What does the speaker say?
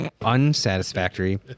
unsatisfactory